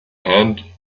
hand